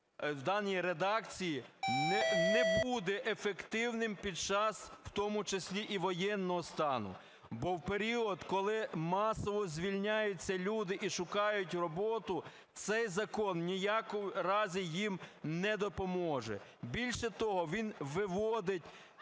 у даній редакції не буде ефективним під час у тому числі і воєнного стану, бо в період, коли масово звільняються люди і шукають роботу, цей закон ні в якому разі їм не допоможе. Більше того, він виводить